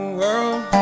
world